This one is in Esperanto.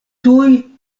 tuj